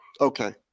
Okay